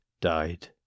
died